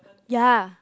ya